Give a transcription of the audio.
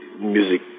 music